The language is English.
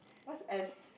what's S